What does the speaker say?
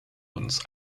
uns